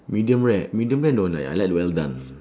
medium rare medium rare don't like I like well done